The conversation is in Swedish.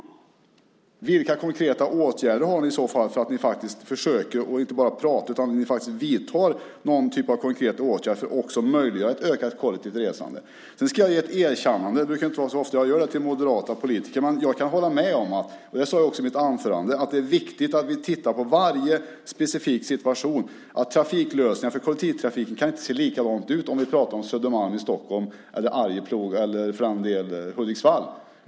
Vilka konkreta åtgärder har ni i så fall så att ni inte bara pratar? Det handlar om att vidta någon typ av konkret åtgärd för att möjliggöra ett kollektivt resande. Jag ska ge ett erkännande. Det brukar inte vara så ofta jag gör det till moderata politiker. Jag sade också i mitt anförande att det är viktigt att vi tittar på varje specifik situation. Jag håller med om det. Trafiklösningar för kollektivtrafiken kan inte se likadana ut om vi talar om Södermalm i Stockholm, Arjeplog eller för all del Hudiksvall.